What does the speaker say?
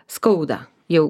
skauda jau